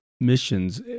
missions